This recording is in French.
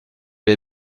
les